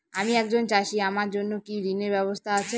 আমি একজন চাষী আমার জন্য কি ঋণের ব্যবস্থা আছে?